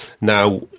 now